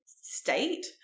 state